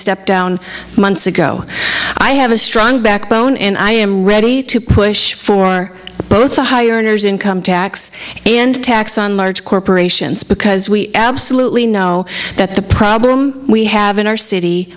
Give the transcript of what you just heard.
step down months ago i have a strong backbone and i am ready to push for both the high earners income tax and tax on large corporations because we absolutely know that the problem we have in our city